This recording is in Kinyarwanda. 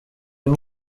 uyu